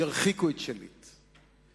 ירחיקו את שליט.